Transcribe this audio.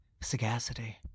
sagacity